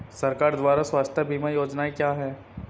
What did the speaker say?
सरकार द्वारा स्वास्थ्य बीमा योजनाएं क्या हैं?